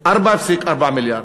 4.4 מיליארד.